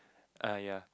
err ya